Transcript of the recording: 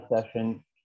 session